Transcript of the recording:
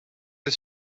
his